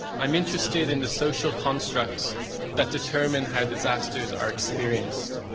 i'm interested in the social constructs that determine how disasters are experienced.